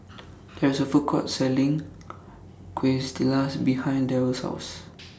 There IS A Food Court Selling Quesadillas behind Darrell's House